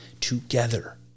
together